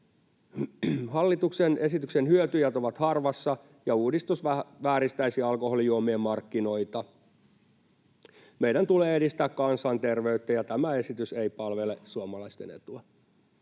Hallituksen esityksen hyötyjät ovat harvassa, ja uudistus vääristäisi alkoholijuomien markkinoita. Meidän tulee edistää kansanterveyttä, ja tämä esitys ei palvele suomalaisten etua.